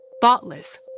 thoughtless